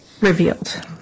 revealed